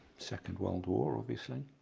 second world war obviously.